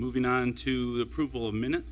moving on to approval of minute